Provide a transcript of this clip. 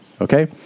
Okay